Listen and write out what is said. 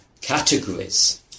categories